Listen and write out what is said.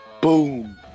Boom